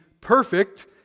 perfect